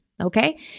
okay